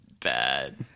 bad